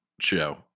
show